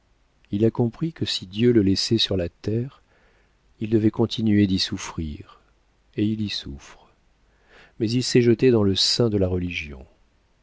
il a compris que si dieu le laissait sur la terre il devait continuer d'y souffrir et il y souffre mais il s'est jeté dans le sein de la religion